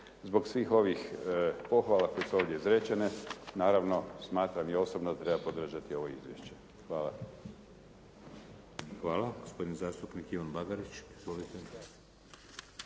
Zbog svih ovih pohvala koje su ovdje izrečene naravno smatram i osobno da treba podržati ovo izvješće. Hvala. **Šeks, Vladimir (HDZ)** Hvala. Gospodin zastupnik Ivan Bagarić.